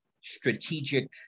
strategic